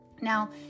Now